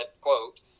quote